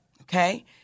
okay